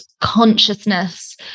consciousness